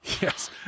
Yes